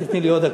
תני לי עוד דקה.